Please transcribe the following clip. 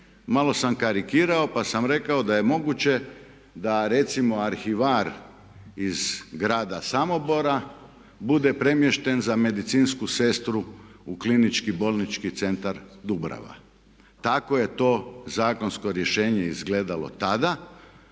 malo sam karikirao, pa sam rekao da je moguće, da recimo arhivar iz grada Samobora bude premješten za medicinsku sestru u Klinički bolnički centar Dubrava. Tako je to zakonsko rješenje izgledalo tada.